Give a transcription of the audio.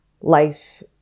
life